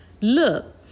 Look